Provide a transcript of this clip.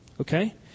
Okay